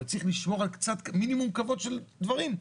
אבל צריך לשמור על קצת, מינימום כבוד של דברים.